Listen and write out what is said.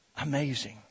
Amazing